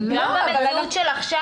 גם במציאות של עכשיו,